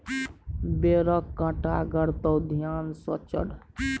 बेरक कांटा गड़तो ध्यान सँ चढ़